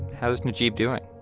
how is najeeb doing?